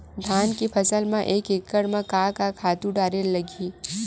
धान के फसल म एक एकड़ म का का खातु डारेल लगही?